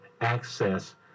access